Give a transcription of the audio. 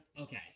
Okay